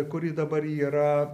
kuri dabar yra